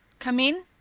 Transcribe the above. come in!